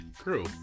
true